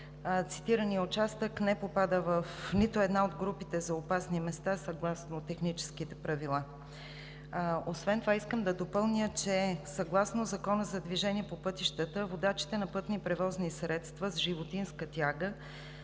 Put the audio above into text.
Цитираният участък не попада в нито една от групите за опасни места съгласно техническите правила. Освен това, искам да допълня, че съгласно Закона за движението по пътищата водачите на пътни превозни средства с животинска тяга